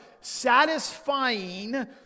satisfying